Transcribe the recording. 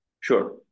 Sure